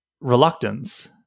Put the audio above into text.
reluctance